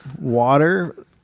water